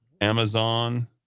Amazon